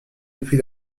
depuis